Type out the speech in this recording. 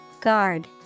Guard